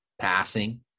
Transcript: passing